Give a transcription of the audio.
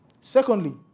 Secondly